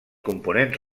component